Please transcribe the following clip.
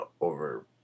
over